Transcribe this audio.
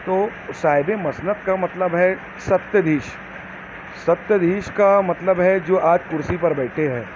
تو صاحبِ مسند کا مطلب ہے سبتریش سبتریش کا مطلب ہے جو آج کرسی پر بیٹھے ہیں